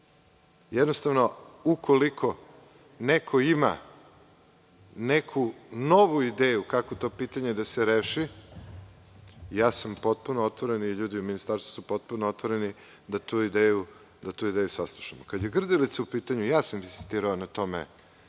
Jednostavno, ukoliko neko ima neku novu ideju kako to pitanje da se reši, ja sam potpuno otvoren i ljudi u Ministarstvu su potpuno otvoreni da tu ideju saslušamo. Kad je Grdelica u pitanju, ja sam insistirao na tome